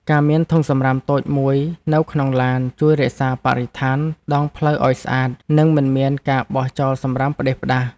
ការមានធុងសំរាមតូចមួយនៅក្នុងឡានជួយរក្សាបរិស្ថានដងផ្លូវឱ្យស្អាត និងមិនមានការបោះចោលសំរាមផ្ដេសផ្ដាស។